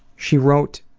she wrote,